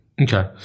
Okay